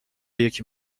یکی